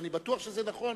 אני בטוח שזה נכון,